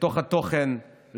לתוך התוכן,